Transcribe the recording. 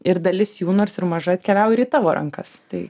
ir dalis jų nors ir maža atkeliauja ir į tavo rankas tai